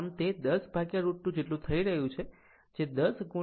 આમ તે 10 √ 2 થઈ રહ્યું છે જે 10 0